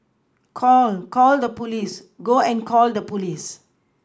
call call the police go and call the police